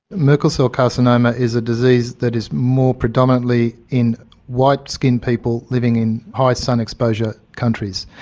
merkel cell carcinoma is a disease that is more predominantly in white skinned people living in high sun exposure countries.